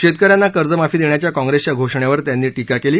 शेतकऱ्यांना कर्जमाफी देण्याच्या काँप्रेसच्या घोषणेवर त्यांनी टीका केली